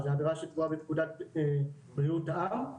זו עבירה שכתובה בפקודת בריאות העם,